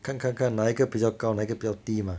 看看看哪一个比较高哪一个比较低吗